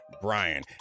Brian